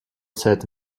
set